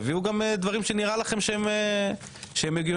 תביאו גם דברים שנראה לכם שהם הגיוניים,